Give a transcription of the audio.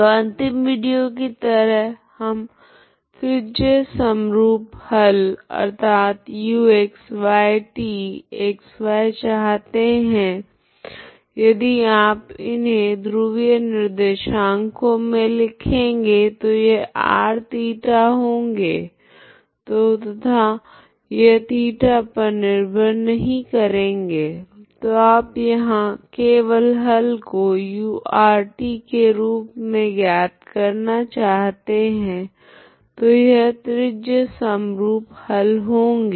तो अंतिम विडियो की तरह हम त्रिज्य समरूप हल अर्थात uxyt xy चाहते है यदि आप इन्हे ध्रुवीय निर्देशांकों मे लिखेगे तो यह r θ होगे तो तथा यह θ पर निर्भर नहीं करेगे तो आप यहाँ केवल हल को u rt के रूप मे ज्ञात करना चाहते है तो यह त्रिज्य समरूप हल होंगे